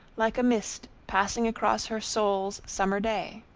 like a mist passing across her soul's summer day.